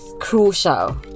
crucial